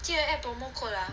记得 add promo code ah